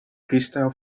crystal